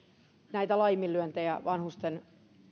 näitä laiminlyöntejä vanhusten